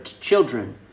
children